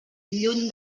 lluny